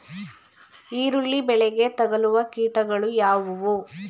ಈರುಳ್ಳಿ ಬೆಳೆಗೆ ತಗಲುವ ಕೀಟಗಳು ಯಾವುವು?